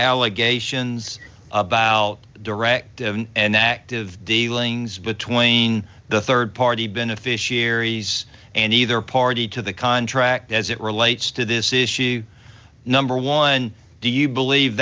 allegations about direct and active dealings between the rd party beneficiaries and either party to the contract as it relates to this issue number one do you believe